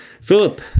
philip